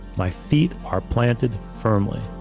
my feet are planted firmly.